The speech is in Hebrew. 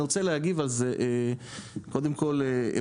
אני רוצה להגיב על זה קודם כל בנושא,